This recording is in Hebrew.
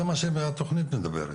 על זה התכנית מדברת.